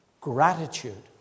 gratitude